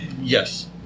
Yes